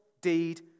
deed